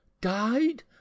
died